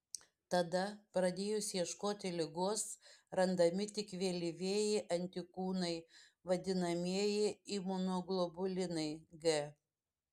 tada pradėjus ieškoti ligos randami tik vėlyvieji antikūnai vadinamieji imunoglobulinai g